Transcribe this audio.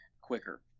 quicker